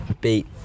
beat